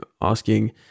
asking